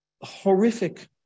horrific